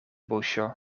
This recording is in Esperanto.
buŝo